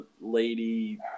lady